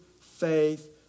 faith